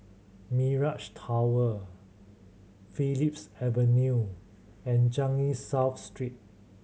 Mirage Tower Phillips Avenue and Changi South Street